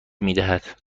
میدهد